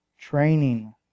training